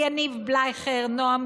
יניב בלייכר, נעם ביבי,